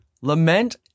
lament